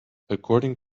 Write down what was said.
according